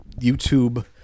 YouTube